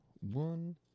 one